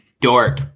dork